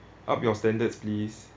up your standards please